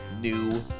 new